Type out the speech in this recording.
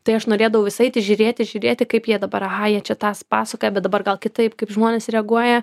tai aš norėdavau vis eiti žiūrėti žiūrėti kaip jie dabar aha čia jie tą pasakoja bet dabar gal kitaip kaip žmonės reaguoja